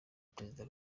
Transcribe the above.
perezida